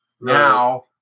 Now